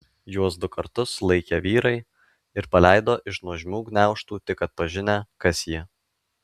juos du kartus sulaikė vyrai ir paleido iš nuožmių gniaužtų tik atpažinę kas jie